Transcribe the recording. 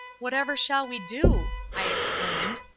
whatever shall we do? i exclaimed.